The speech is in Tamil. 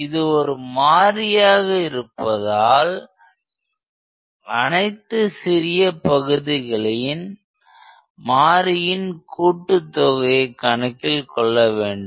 இது ஒரு மாறியாக இருப்பதால் அனைத்து சிறிய பகுதிகளில் மாறியின் கூட்டுத் தொகையை கணக்கில் கொள்ள வேண்டும்